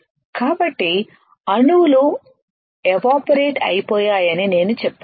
కాబట్టి అణువులు ఎవాపరేట్ అయి పోయాయని నేను చెప్పాను